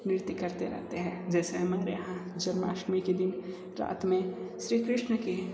नृत्य करते रहते हैं जैसे हमारे यहाँ जन्माष्टमी के दिन रात में श्री कृष्ण के